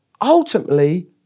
ultimately